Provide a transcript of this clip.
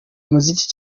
umuziki